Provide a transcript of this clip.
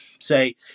say